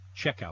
checkout